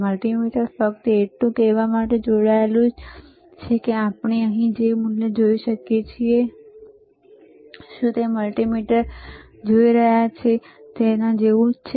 multimeter ફક્ત એટલું કહેવા માટે જોડાયેલું છે કે આપણે અહીં જે પણ મૂલ્ય જોઈ રહ્યા છીએ શું તે આપણે મલ્ટિમીટરને જોઈ રહ્યા છીએ તેના જેવું જ છે